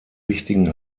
wichtigen